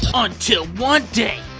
um until one day,